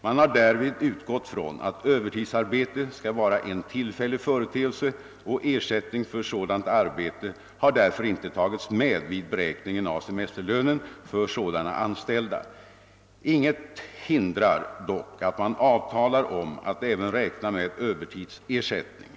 Man har därvid utgått från att övertidsarbete skall vara en tillfällig företeelse och ersättning för sådant arbete har därför inte tagits med vid beräkningen av semesterlönen för sådana anställda. Intet hindrar dock att man avtalar om att även räkna med övertidsersättning.